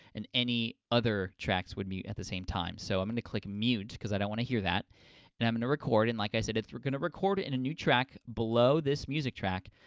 and any other tracks would mute at the same time. so i'm gonna click mute because i don't want to hear that and i'm gonna record and, like i said, that we're gonna record it in a new track below this music track,